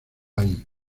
ahí